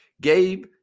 Gabe